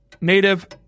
native